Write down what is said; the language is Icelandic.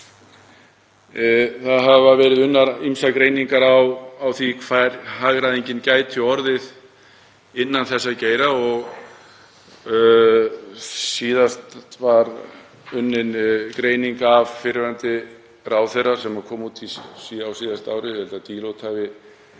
Það hafa verið unnar ýmsar greiningar á því hver hagræðingin gæti orðið innan þessa geira. Síðast var unnin greining af fyrrverandi ráðherra sem kom út á síðasta ári, ég held